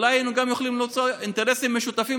אולי היינו יכולים ליצור אינטרסים משותפים,